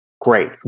Great